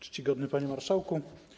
Czcigodny Panie Marszałku!